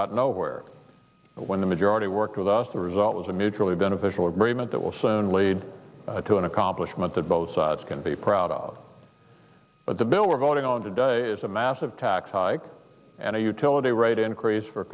got nowhere when the majority worked with us the result was a mutually beneficial agreement that will soon lead to an accomplishment that both sides can be proud of but the bill we're voting on today is a massive tax hike and a utility rate increase for